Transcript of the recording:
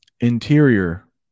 Interior